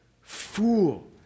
fool